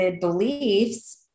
beliefs